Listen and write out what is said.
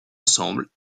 ensemble